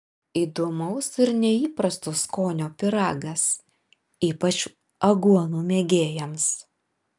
įdomaus ir neįprasto skonio pyragas ypač aguonų mėgėjams